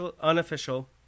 unofficial